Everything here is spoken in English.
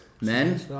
Men